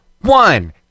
one